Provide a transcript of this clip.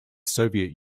soviet